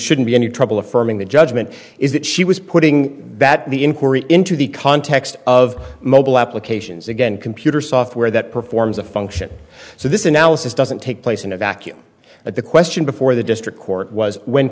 shouldn't be any trouble affirming the judgment is that she was putting that the inquiry into the context of mobile applications again computer software that performs a function so this analysis doesn't take place in a vacuum but the question before the district court was when